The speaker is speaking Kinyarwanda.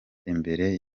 imbere